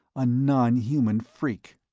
a nonhuman freak!